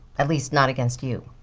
at least not against you.